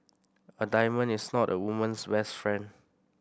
a diamond is not a woman's best friend